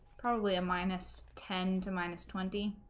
probably a minus ten to minus twenty